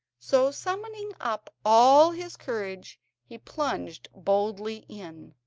so summoning up all his courage he plunged boldly in.